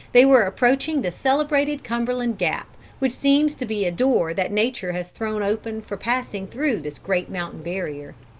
they were approaching the celebrated cumberland gap, which seems to be a door that nature has thrown open for passing through this great mountain barrier.